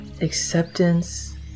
acceptance